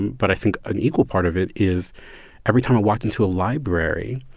but i think an equal part of it is every time i walked into a library,